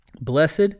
blessed